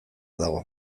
dago